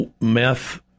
meth